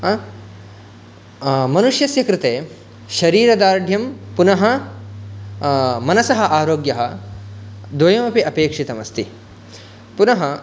मनुष्यस्य कृते शरीरदार्ढ्यं पुनः मनसः आरोग्यः द्वयमपि अपेक्षितम् अस्ति पुनः